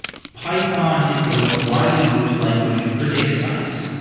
python is the most widely used language for data science,